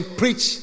preach